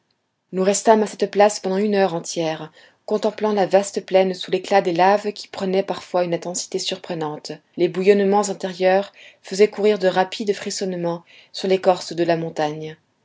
nous restâmes à cette place pendant une heure entière contemplant la vaste plaine sous l'éclat des laves qui prenaient parfois une intensité surprenante les bouillonnements intérieurs faisaient courir de rapides frissonnements sur l'écorce de la montagne